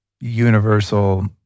universal